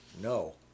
No